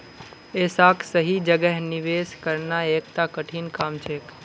ऐसाक सही जगह निवेश करना एकता कठिन काम छेक